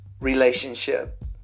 relationship